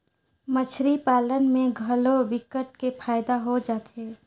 मछरी पालन में घलो विकट के फायदा हो जाथे